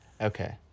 Okay